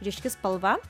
ryški spalva